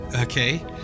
okay